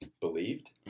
believed